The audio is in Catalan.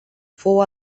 fou